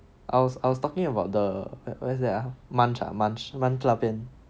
I was I was talking about the what's that ah munch ah munch 那边